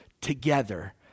together